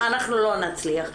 אנחנו לא נצליח.